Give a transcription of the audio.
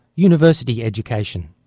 university education.